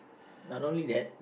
not only that